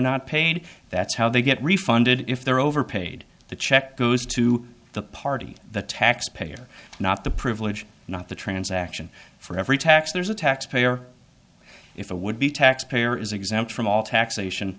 not paid that's how they get refunded if they're overpaid the check goes to the party the tax payer not the privilege not the transaction for every tax there's a tax payer if a would be taxpayer is exempt from all taxation